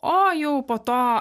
o jau po to